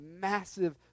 massive